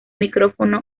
micrófono